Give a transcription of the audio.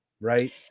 right